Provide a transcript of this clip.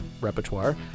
repertoire